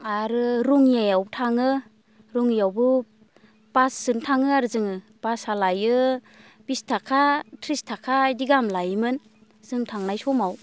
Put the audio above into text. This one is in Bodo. आरो रङियायावबो थाङो रङियायावबो बासजों थाङो आरो जोङो बासआ लायो बिस थाखा थ्रिस थाखा बिदि गाहाम लायोमोन जों थांनाय समाव